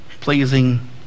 pleasing